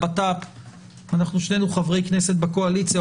שנינו חברי כנסת בקואליציה.